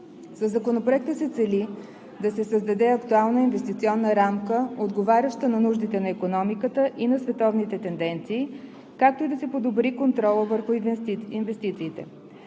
Със Законопроекта се цели да се създаде актуална инвестиционна рамка, отговаряща на нуждите на икономиката и на световните тенденции, както и да се подобри контролът върху инвестициите.